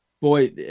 Boy